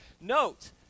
Note